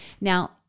Now